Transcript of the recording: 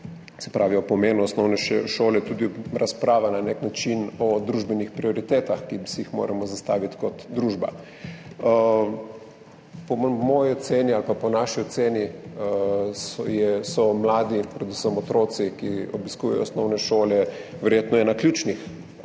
se pravi, o pomenu osnovne šole, tudi razprava na nek način o družbenih prioritetah, ki si jih moramo zastaviti kot družba. Po moji oceni ali pa po naši oceni so mladi, predvsem otroci, ki obiskujejo osnovne šole, verjetno ena ključnih